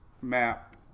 map